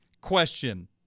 question